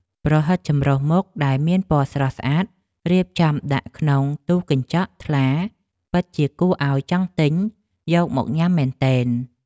ប្រហិតចម្រុះមុខដែលមានពណ៌ស្រស់ស្អាតរៀបចំដាក់ក្នុងទូកញ្ចក់ថ្លាពិតជាគួរឱ្យចង់ទិញយកមកញ៉ាំមែនទែន។